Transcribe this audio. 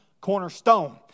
cornerstone